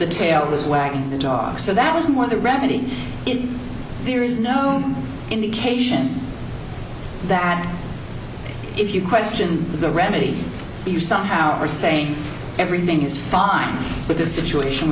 the tail is wagging the dog so that is one of the remedy if there is no indication that if you question the remedy you somehow are saying everything is fine with the situation